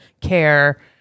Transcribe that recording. care